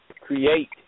create